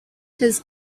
his